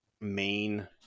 main